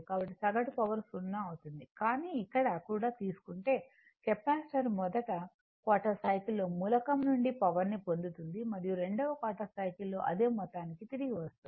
కాబట్టి సగటు పవర్ 0 అవుతుంది కానీ ఇక్కడ కూడా తీసుకుంటే కెపాసిటర్ మొదటి క్వార్టర్ సైకిల్ లో మూలం నుండి పవర్ని పొందుతుంది మరియు రెండవ క్వార్టర్ సైకిల్ లో అదే మొత్తానికి తిరిగి ఇస్తుంది